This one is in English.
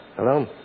Hello